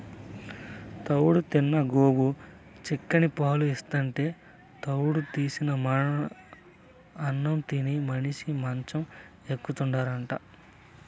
తౌడు తిన్న గోవు చిక్కని పాలు ఇస్తాంటే తౌడు తీసిన అన్నం తిని మనిషి మంచం ఎక్కుతాండాడు